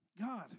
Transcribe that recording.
God